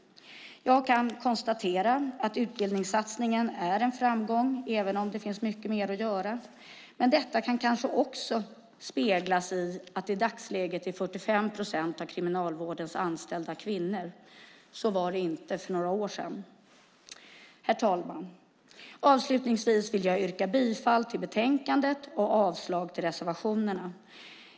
Jag kan konstatera att utbildningssatsningen är en framgång även om det finns mycket mer att göra. Detta kan kanske också speglas i att i dagsläget är 45 procent av Kriminalvårdens anställda kvinnor. Så var det inte för några år sedan. Herr talman! Avslutningsvis vill jag yrka bifall till förslaget i betänkandet och avslag på reservationerna.